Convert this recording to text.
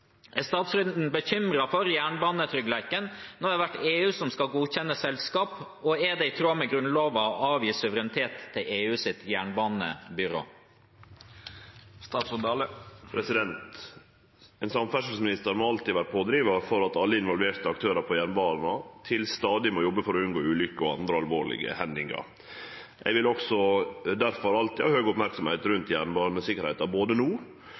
Er statsråden bekymra for jernbanetryggleiken når det vert EU som skal godkjenne selskap, og er det i tråd med grunnlova å avgje suverenitet til EUs jernbanebyrå?» Ein samferdselsminister må alltid vere pådrivar for at alle involverte aktørar på jernbaneområdet stadig må jobbe for å unngå ulykker og andre alvorlege hendingar. Eg vil også difor alltid ha høg merksemd rundt jernbanesikkerheita, både no